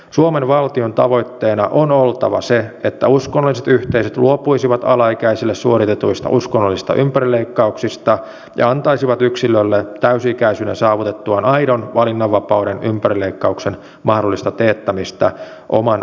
suomen valtion tavoitteena on oltava se että uskonnolliset yhteisöt luopuisivat alaikäisille suoritetuista uskonnollisista ympärileikkauksista ja antaisivat yksilölle täysi ikäisyyden saavutettuaan aidon valinnanvapauden ympärileikkauksen mahdollisesta teettämisestä oman vakaumuksensa perusteella